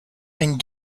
and